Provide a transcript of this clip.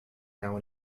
now